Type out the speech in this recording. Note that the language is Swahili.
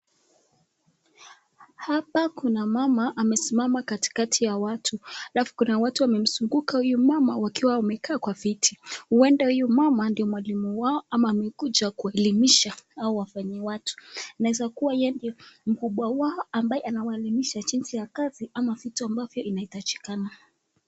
Hapa kuna mama amesimama katikati ya watu alafu kuna watu wamemzunguka huyo mama wakiwa wamekaa kwa viti, huenda huyo mama ndio mwalimu wao ama amekuja kuelimisha hawa wafanyiwatu inaweza kuwa yeye ndio mkubwa wao ambaye anawaelimisha jinsi ya kazi ama vitu ambavyo inahitajikana.